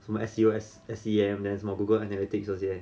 什么 susscm then 什么 google analytics 这些